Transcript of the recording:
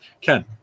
Ken